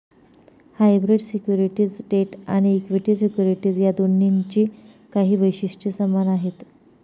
hybrid securities debt आणि equity securities या दोन्हींची काही वैशिष्ट्ये समान आहेत